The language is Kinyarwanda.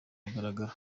mugaragaro